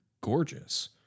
gorgeous